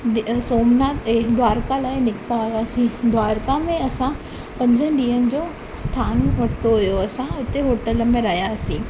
सोमनाथ ऐं द्वारका लाइ निकिता हुआसीं द्वारका में असां पंज ॾींहंनि जो स्थानु वरितो हुओ असां हुते होटल में रहियासीं